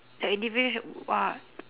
the individ~ wha~